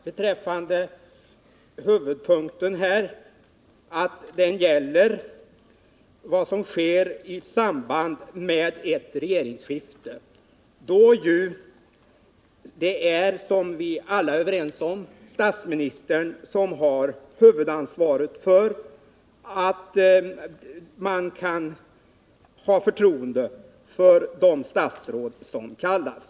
Beträffande huvudpunkten vill jag säga att den gäller vad som sker i samband med ett regeringsskifte, då det, vilket vi alla är överens om, är statsministern som har ansvaret för att vi kan ha förtroende för de statsråd som kallas.